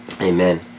Amen